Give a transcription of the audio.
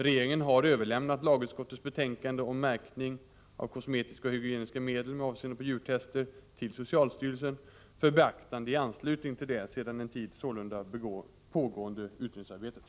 Regeringen har överlämnat lagutskottets betänkande om märkning av kosmetiska och hygieniska medel med avseende på djurtester till socialstyrelsen för beaktande i anslutning till det sedan en tid sålunda pågående utredningsarbetet.